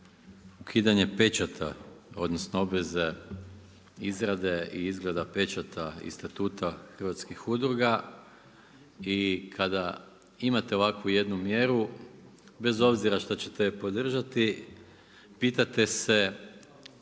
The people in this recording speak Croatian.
ukidanje pečata odnosno obveze izrade i izgleda pečata i statuta hrvatskih udruga. I kada imate ovakvu jednu mjeru, bez obzira što ćete podržati pitate se